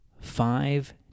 Five